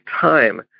time